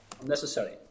unnecessary